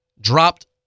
dropped